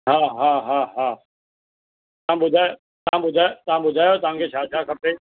हा हा हा हा तव्हां ॿुधायो तव्हां ॿुधायो तव्हांखे छा छा खपे